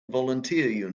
volunteer